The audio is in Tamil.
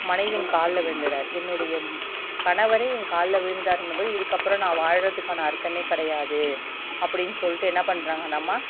மனைவியின் காலில் விழுந்துட்றார் என்னுடைய கணவரே என் காலில் விழுந்து விட்டாருன்னும்போது இதுக்கப்புறம் நான் வாழ்றத்துக்கான அர்த்தமே கிடையாது அப்படின்னு சொல்லிட்டு என்ன பண்ணுறாங்க அந்த அம்மா